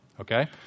Okay